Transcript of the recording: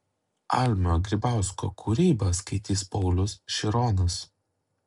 almio grybausko kūrybą skaitys paulius šironas